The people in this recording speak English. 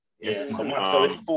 Yes